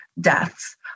deaths